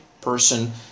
person